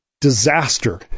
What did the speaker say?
disaster